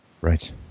Right